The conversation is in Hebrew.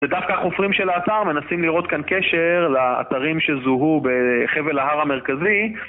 זה דווקא חופרים של האתר, מנסים לראות כאן קשר לאתרים שזוהו בחבל ההר המרכזי